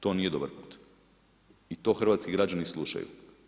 To nije dobar put i to hrvatski građani slušaju.